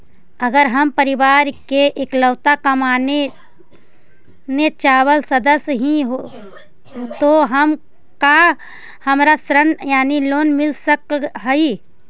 अगर हम परिवार के इकलौता कमाने चावल सदस्य ही तो का हमरा ऋण यानी लोन मिल सक हई?